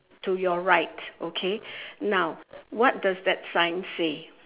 to your right okay now what does that sign say